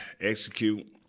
execute